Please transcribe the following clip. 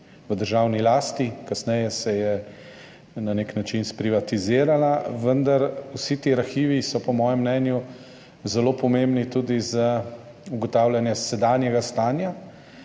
v državni lasti, kasneje se je na nek način sprivatizirala, vendar so vsi ti arhivi po mojem mnenju zelo pomembni tudi za ugotavljanje sedanjega stanja,